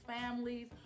families